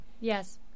Yes